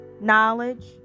knowledge